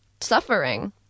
suffering